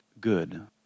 good